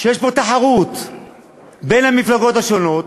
ויש פה תחרות בין המפלגות השונות,